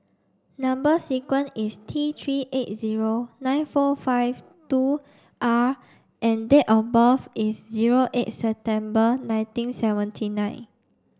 number sequence is T three eight zero nine four five two R and date of birth is zero eight September nineteen seventy nine